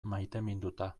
maiteminduta